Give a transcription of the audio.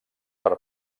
per